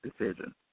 decision